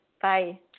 bye